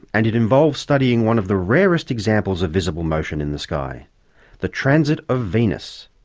and it involves studying one of the rarest examples of visible motion in the sky the transit of venus.